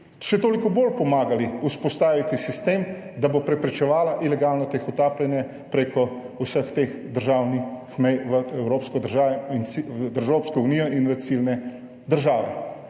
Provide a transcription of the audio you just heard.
še toliko bolj pomagali vzpostaviti sistem, da bo preprečevala ilegalno tihotapljenje preko vseh teh državnih mej v evropske države in v Evropsko unijo in v ciljne države.